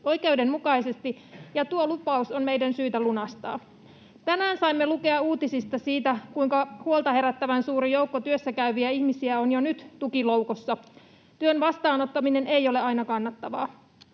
oikeudenmukaisesti, ja tuo lupaus on meidän syytä lunastaa. Tänään saimme lukea uutisista siitä, kuinka huolta herättävän suuri joukko työssäkäyviä ihmisiä on jo nyt tukiloukussa: työn vastaanottaminen ei ole aina kannattavaa.